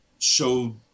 Show